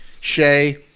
Shay